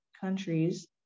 countries